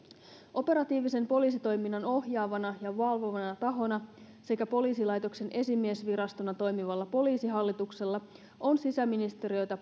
operatiivisen poliisitoiminnan ohjaavana ja valvovana tahona sekä poliisilaitoksen esimiesvirastona toimivalla poliisihallituksella on sisäministeriötä